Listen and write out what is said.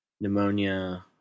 pneumonia